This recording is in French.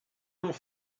l’ont